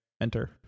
enter